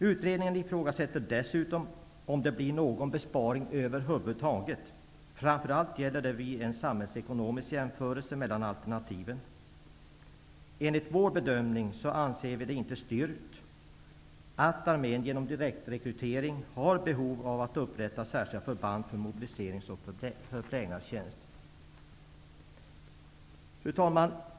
Utredningen ifrågasätter dessutom om det över huvud taget blir någon besparing -- framför allt gäller det vid en samhällsekonomisk jämförelse mellan alternativen. Enligt vår bedömning anser vi det inte styrkt att armén -- genom direktrekrytering -- har behov av att upprätta särskilda förband för mobiliserings och förplägnadstjänst. Fru talman!